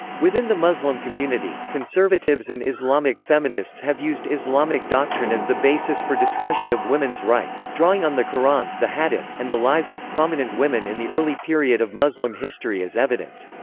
within the muslim community, conservatives and islamic feminists have used islamic doctrine as the basis for discussion of women's rights, drawing on the quran, the hadith, and the lives of prominent women in the early period of muslim history as evidence.